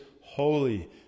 holy